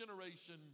generation